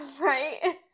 right